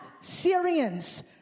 Syrians